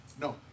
no